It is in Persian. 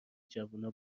جوونا